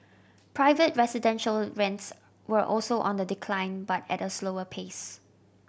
private residential rents were also on the decline but at a slower pace